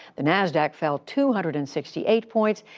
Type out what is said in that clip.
the nasdaq fell two hundred and sixty eight points,